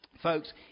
Folks